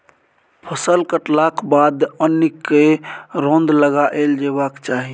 फसल कटलाक बाद अन्न केँ रौद लगाएल जेबाक चाही